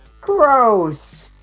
Gross